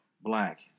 black